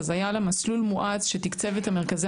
אז היה לה מסלול מואץ שתקצב את מרכזי